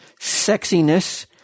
sexiness